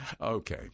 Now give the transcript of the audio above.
okay